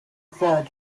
third